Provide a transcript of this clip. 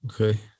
Okay